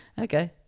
Okay